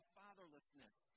fatherlessness